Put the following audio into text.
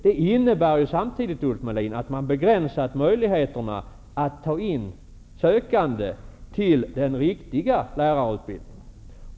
Det innebär samtidigt, Ulf Melin, att man begränsat möjligheterna att ta in sökande till den riktiga lärarutbildningen.